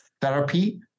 therapy